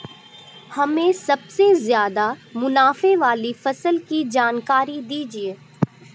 हमें सबसे ज़्यादा मुनाफे वाली फसल की जानकारी दीजिए